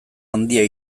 handia